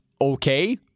okay